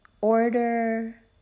Order